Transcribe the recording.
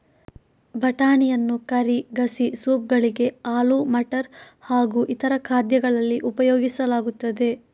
ಬಟಾಣಿಯನ್ನು ಕರಿ, ಗಸಿ, ಸೂಪ್ ಗಳಿಗೆ, ಆಲೂ ಮಟರ್ ಹಾಗೂ ಇತರ ಖಾದ್ಯಗಳಲ್ಲಿ ಉಪಯೋಗಿಸಲಾಗುತ್ತದೆ